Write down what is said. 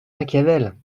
machiavel